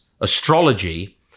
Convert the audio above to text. astrology